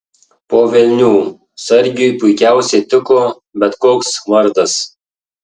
po velnių sargiui puikiausiai tiko bet koks vardas